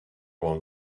one